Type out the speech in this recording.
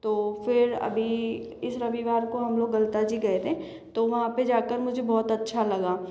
तो फिर अभी इस रविवार को हम लोग गलता जी गए थे तो वहां पे जाकर मुझे बहुत अच्छा लगा